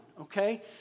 okay